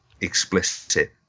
explicit